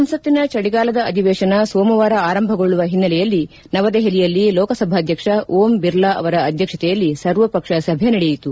ಸಂಸತ್ತಿನ ಚಳಿಗಾಲದ ಅಧಿವೇತನ ಸೋಮವಾರ ಆರಂಭಗೊಳ್ಳುವ ಹಿನ್ನೆಲೆಯಲ್ಲಿ ನವದೆಹಲಿಯಲ್ಲಿ ಲೋಕಾಸಭಾಧಕ ಓಂ ಬಿರ್ಲಾ ಅವರ ಅಧ್ಯಕ್ಷತೆಯಲ್ಲಿ ಸರ್ವಪಕ್ಷ ಸಭೆ ನಡೆಯಿತು